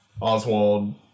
Oswald